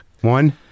one